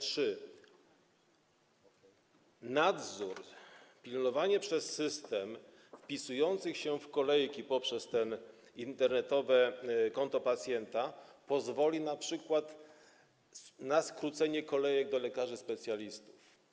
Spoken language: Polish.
Czy nadzór, pilnowanie przez system zapisujących się w kolejkach poprzez Internetowe Konto Pacjenta pozwoli np. na skrócenie kolejek do lekarzy specjalistów?